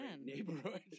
neighborhood